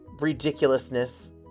ridiculousness